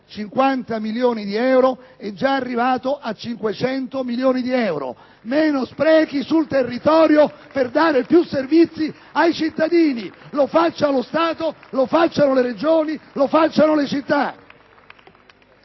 50 milioni di euro ed è già arrivato a costarne 500 milioni! Si facciano, dunque, meno sprechi sul territorio per dare più servizi ai cittadini: lo faccia lo Stato, lo facciano le Regioni e lo facciano le città!